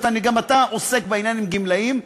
גם אתה עוסק בעניין עם גמלאים,